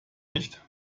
nicht